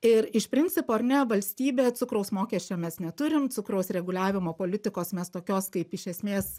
ir iš principo ar ne valstybė cukraus mokesčio mes neturim cukraus reguliavimo politikos mes tokios kaip iš esmės